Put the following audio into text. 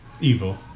Evil